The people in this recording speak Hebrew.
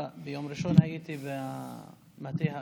ביום ראשון הייתי במטה הארצי,